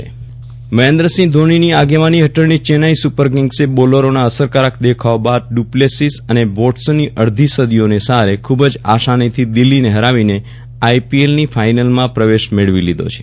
Viral Rana IPL Mahendra ધોનીની આગેવાની હેઠળની ચેન્નાઈ સુપર કિંગ્સે બોલરોના અરકારક દેખાવ બાદ ડુપ્લેસીસ અને વોટસનની અડધી સદીઓને સહારે ખુબ જ આસાનીથી દિલ્હીને હરાવીને આઈપીએલની ફાઈનલમાં પ્રવેશ મેળવી લીધો છે